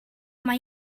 mae